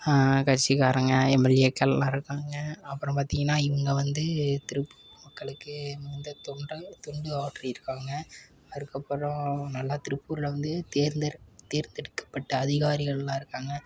கட்சிக்காரங்க எம்எல்ஏக்கள்லாம் இருக்காங்க அப்புறம் பார்த்தீங்கன்னா இவங்க வந்து திருப்பூர் மக்களுக்கு இவங்க வந்து தொண்றல் தொண்டு ஆற்றியிருக்காங்க அதுக்கப்புறம் நல்லா திருப்பூரில் வந்து தேர்ந்தெடுக் தேர்தெடுக்கப்பட்ட அதிகாரிகள்லாம் இருக்காங்க